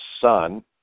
son